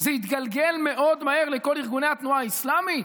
זה יתגלגל מאוד מהר לכל ארגוני התנועה האסלאמית,